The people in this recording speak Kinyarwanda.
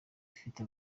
ifite